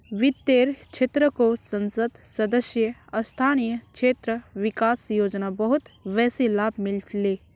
वित्तेर क्षेत्रको संसद सदस्य स्थानीय क्षेत्र विकास योजना बहुत बेसी लाभ मिल ले